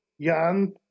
Jan